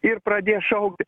ir pradės šaukti